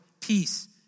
peace